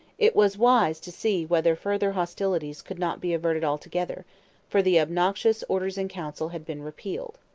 it was wise to see whether further hostilities could not be averted altogether for the obnoxious orders-in-council had been repealed.